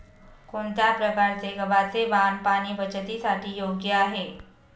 कोणत्या प्रकारचे गव्हाचे वाण पाणी बचतीसाठी योग्य आहे?